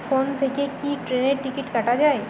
Phone থেকে কি ট্রেনের টিকিট কাটা য়ায়?